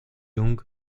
jung